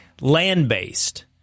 land-based